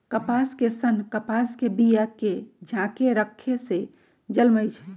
कपास के सन्न कपास के बिया के झाकेँ रक्खे से जलमइ छइ